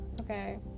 Okay